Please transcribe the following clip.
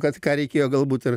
kad ką reikėjo galbūt ir